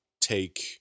take